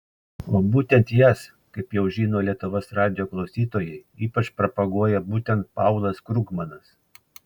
o būtent jas kaip jau žino lietuvos radijo klausytojai ypač propaguoja būtent paulas krugmanas